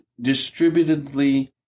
distributedly